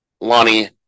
Lonnie